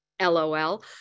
LOL